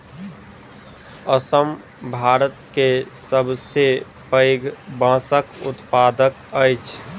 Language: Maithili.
असम भारत के सबसे पैघ बांसक उत्पादक अछि